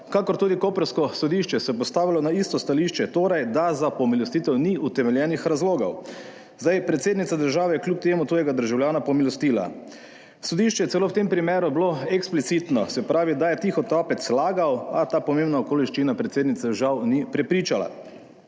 kakor tudi Koprsko sodišče se je postavilo na isto stališče, torej da za pomilostitev ni utemeljenih razlogov. Zdaj, predsednica države je kljub temu tujega državljana pomilostila. Sodišče je celo v tem primeru bilo eksplicitno, se pravi, da je tihotapec lagal, a ta pomembna okoliščina predsednice žal ni prepričala.